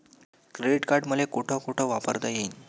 Credit card मले कोठ कोठ वापरता येईन?